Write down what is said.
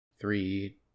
Three